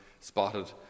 spotted